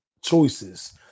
choices